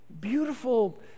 beautiful